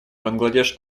бангладеш